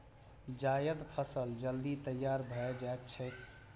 जायद फसल जल्दी तैयार भए जाएत छैक